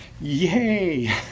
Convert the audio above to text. Yay